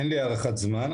אין לי הערכת זמן.